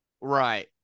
right